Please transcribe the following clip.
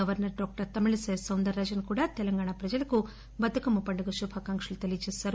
governor doctor Tamilisai Soundararajan కూడా తెలంగాణ ప్రజలకు బతుకమ్మ పండుగ శుభాకాంక్షలు తెలియచేశారు